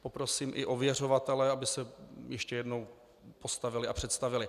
Poprosím i ověřovatele, aby se ještě jednou postavili a představili.